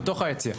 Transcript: בתוך היציע,